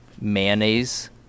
mayonnaise